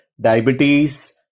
diabetes